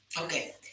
okay